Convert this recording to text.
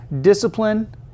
discipline